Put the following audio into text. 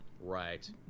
right